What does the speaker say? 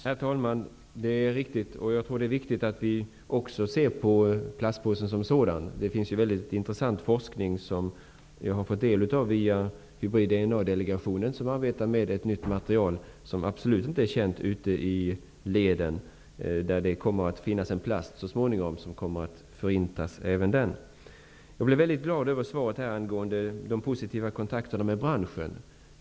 Herr talman! Det är riktigt. Jag tror att det också är viktigt att vi ser på plastpåsen som sådan. Det finns mycket intressant forskning, som jag har fått del av via hybrid-DNA-delegationen. Denna arbetar med nytt material, som absolut inte är känt ute på fältet. Enligt detta kommer det så småningom att finnas en plast som förintas av sig själv. Jag blev glad över beskedet i svaret om de positiva kontakterna med branschen.